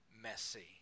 messy